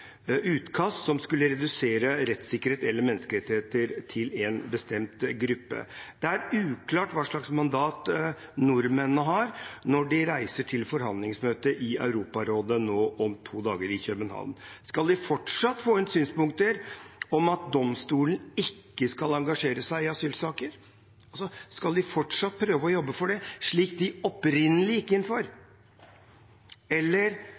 utkast som skulle redusere rettssikkerheten eller menneskerettighetene til en bestemt gruppe. Det er uklart hva slags mandat nordmennene har når de reiser til forhandlingsmøtet i Europarådet i København om to dager. Skal de fortsatt få inn synspunkter om at domstolen ikke skal engasjere seg i asylsaker? Skal de fortsatt prøve å jobbe for det, slik de opprinnelig gikk inn for? Eller